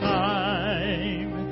time